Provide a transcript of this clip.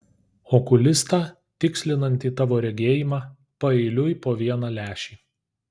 okulistą tikslinantį tavo regėjimą paeiliui po vieną lęšį